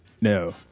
No